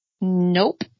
Nope